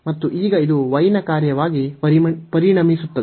ಮತ್ತು ಈಗ ಇದು y ನ ಕಾರ್ಯವಾಗಿ ಪರಿಣಮಿಸುತ್ತದೆ